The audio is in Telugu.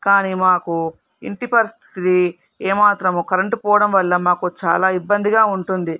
కానీ మాకు ఇంటి పరిస్థితి ఏ మాత్రమూ కరెంటు పోవడం వల్ల మాకు చాలా ఇబ్బందిగా ఉంటుంది